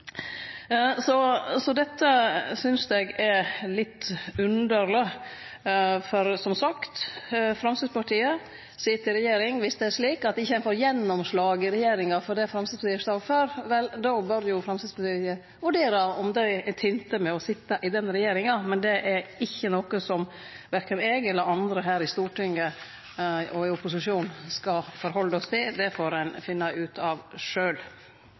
Så dette synest eg er litt underleg, for som sagt: Framstegspartiet sit i regjering. Viss det er slik at ein ikkje får gjennomslag i regjeringa for det ein står for, vel, då bør ein vurdere om ein er tent med å sitje i den regjeringa. Men det er noko som verken eg eller andre her i Stortinget og i opposisjonen skal ta omsyn til til. Det får ein finne ut av